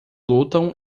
lutam